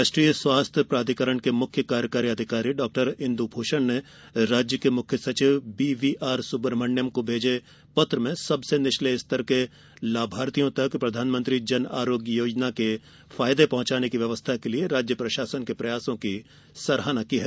राष्ट्रीय स्वास्थ्य प्राधिकरण के मुख्य कार्यकारी अधिकारी डॉ इंदू भूषण ने राज्य के मुख्य सचिव बी वी आर सुब्रह्मण्यम को भेजे पत्र में सबसे निचले स्तर के लाभार्थियों तक प्रधानमंत्री जन आरोग्य योजना के फायदे पहुंचाने की व्यवस्था के लिये राज्य प्रशासन के प्रयासों की सराहना की है